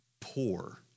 poor